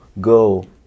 go